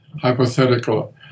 hypothetical